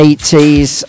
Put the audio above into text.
80s